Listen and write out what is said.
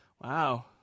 Wow